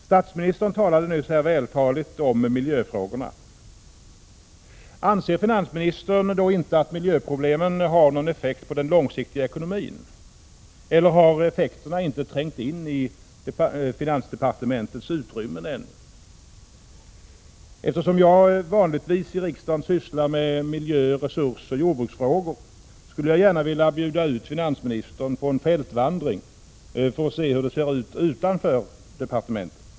Statsministern talade nyss vältaligt om miljöfrågorna — men anser finansministern inte att miljöproblemen har någon effekt på den långsiktiga ekonomin? Eller har effekterna inte trängt in i finansdepartementets utrymmen ännu? Eftersom jag vanligtvis i riksdagen sysslar med miljö-, resursoch jordbruksfrågor, skulle jag gärna vilja bjuda ut finansministern på en fältvandring för att se hur det ser ut utanför finansdepartementet.